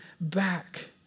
back